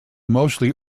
mostly